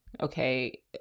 okay